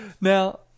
now